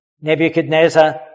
Nebuchadnezzar